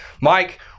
Mike